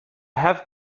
have